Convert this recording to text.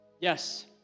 Yes